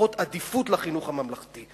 לפחות שתהיה עדיפות לחינוך הממלכתי.